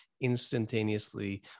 instantaneously